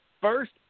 first